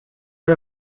out